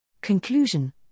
Conclusion